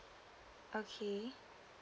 okay